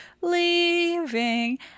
leaving